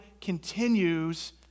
continues